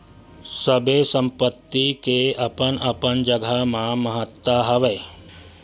सबे संपत्ति के अपन अपन जघा म महत्ता हवय